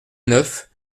neuf